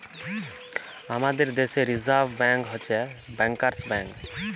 আমাদের দ্যাশে reserve bank হছে ব্যাংকার্স ব্যাংক